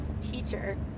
teacher